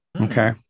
Okay